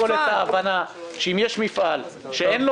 אני מחפש בסך הכול את ההבנה שאם יש מפעל שאין לו